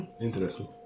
Interesting